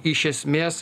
iš esmės